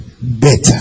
Better